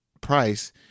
price